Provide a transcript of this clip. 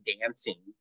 dancing